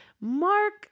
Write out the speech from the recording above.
Mark